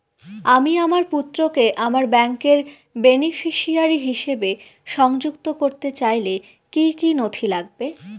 আমি আমার পুত্রকে আমার ব্যাংকের বেনিফিসিয়ারি হিসেবে সংযুক্ত করতে চাইলে কি কী নথি লাগবে?